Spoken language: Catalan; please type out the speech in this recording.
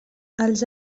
els